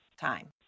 time